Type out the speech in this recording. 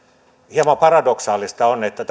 hieman paradoksaalista on että